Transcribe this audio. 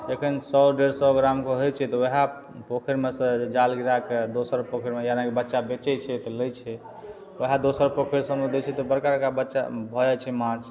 एखन सओ डेढ़ सओ ग्रामके होइ छै तऽ वएह पोखरिमे सँ जाल गिरा कऽ दोसर पोखरिमे यानि बच्चा बेचय छै तऽ लै छै वएह दोसर पोखरि सबमे दै छै तऽ बड़का बड़का बच्चा भऽ जाइ छै माछ